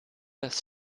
das